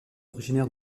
originaire